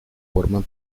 forman